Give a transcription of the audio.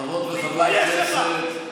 חברות וחברי הכנסת.